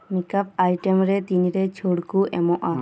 makeup item ᱨᱮ ᱛᱤᱱᱨᱮ ᱪᱷᱟᱹᱲ ᱠᱚ ᱮᱢᱚᱜᱼᱟ